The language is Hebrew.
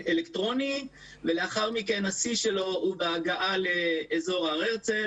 אלקטרוני ולאחר מכן השיא שלו הוא בהגעה לאזור הר הרצל